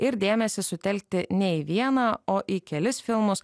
ir dėmesį sutelkti ne į vieną o į kelis filmus